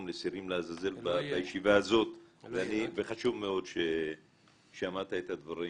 לשעירים לעזאזל בישיבה הזאת וחשוב מאוד שאמרת את הדברים.